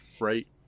Right